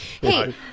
Hey